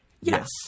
Yes